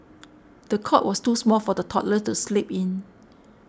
the cot was too small for the toddler to sleep in